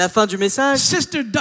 Sister